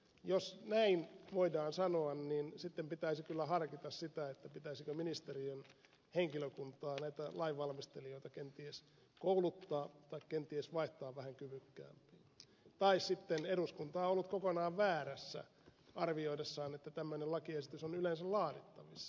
jos näin voidaan sanoa niin sitten pitäisi kyllä harkita sitä pitäisikö ministeriön henkilökuntaa näitä lainvalmistelijoita kenties kouluttaa tai kenties vaihtaa vähän kyvykkäämpiin tai sitten eduskunta on ollut kokonaan väärässä arvioidessaan että tämmöinen lakiesitys on yleensä laadittavissa